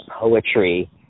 poetry